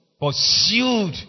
pursued